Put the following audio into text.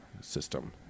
system